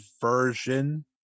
version